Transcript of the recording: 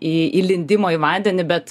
į įlindimo į vandenį bet